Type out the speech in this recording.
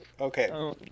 Okay